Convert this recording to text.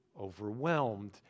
overwhelmed